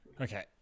Okay